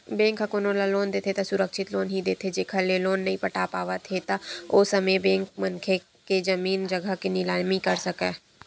bank ह कोनो ल लोन देथे त सुरक्छित लोन ही देथे जेखर ले लोन नइ पटा पावत हे त ओ समे बेंक मनखे के जमीन जघा के निलामी कर सकय